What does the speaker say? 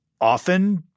often